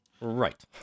Right